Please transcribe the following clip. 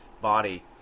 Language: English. body